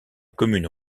commune